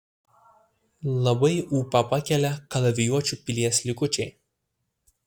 labai ūpą pakelia kalavijuočių pilies likučiai